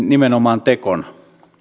nimenomaan tekona